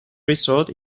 resort